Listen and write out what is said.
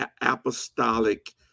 apostolic